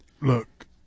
look